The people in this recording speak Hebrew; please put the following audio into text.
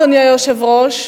אדוני היושב-ראש,